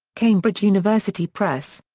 cambridge university press.